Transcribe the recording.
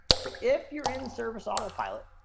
so if. you're in service autopilot,